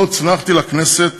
לא הוצנחתי לכנסת